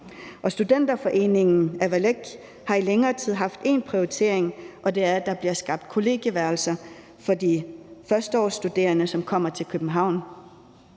Studenterforeningen Avalak har igennem længere tid haft én prioritering, og det er, at der er kollegieværelser til de førsteårsstuderende, som kommer til København.